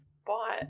spot